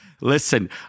listen